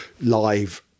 live